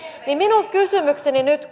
minun kysymykseni nyt